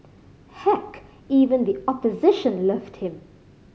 heck even the opposition loved him